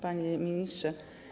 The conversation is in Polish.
Panie Ministrze!